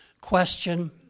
question